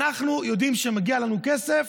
אנחנו יודעים שמגיע לנו כסף.